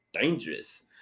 dangerous